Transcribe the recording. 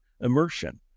immersion